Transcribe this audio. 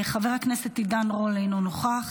חבר הכנסת עידן רול, אינו נוכח.